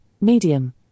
medium